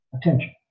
attention